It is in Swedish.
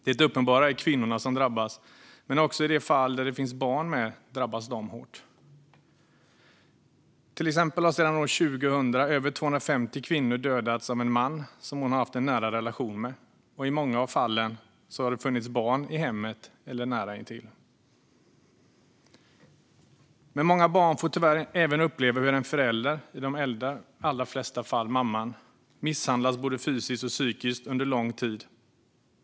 Det uppenbara är kvinnorna som drabbas, men i de fall där det finns barn med drabbas de också hårt. Till exempel har sedan 2000 över 250 kvinnor i Sverige dödats av en man som hon har haft en relation med. I många av fallen har det funnits barn i hemmet eller nära intill när det hände. Men många barn får tyvärr även uppleva hur en förälder, i de allra flesta fall mamman, misshandlas både fysiskt och psykiskt under lång tid.